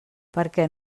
perquè